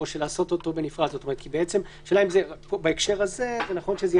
שעדיף שזה יהיה